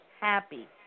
happy